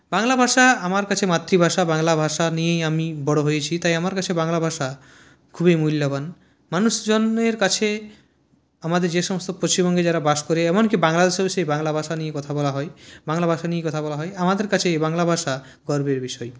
বাংলা ভাষা আমার কাছে মাতৃভাষা বাংলা ভাষা নিয়েই আমি বড়ো হয়েছি তাই আমার কাছে বাংলা ভাষা খুবই মূল্যবান মানুষ জন্মের কাছে আমাদের যেসমস্ত পশ্চিমবঙ্গে যারা বাস করে এমনকি বাংলাদেশেও সেই বাংলা ভাষা নিয়ে কথা বলা হয় বাংলা ভাষা নিয়ে কথা বলা হয় আমাদের কাছে এ বাংলা ভাষা গর্বের বিষয়